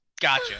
Gotcha